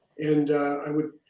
and i would,